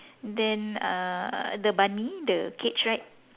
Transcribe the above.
then uh the bunny the cage right